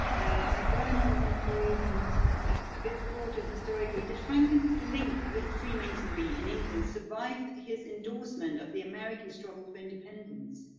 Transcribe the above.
i got another one for you here martin. and a bit broader historically. did franklin's link with freemasonry in england survive his endorsement of the american struggle for independence?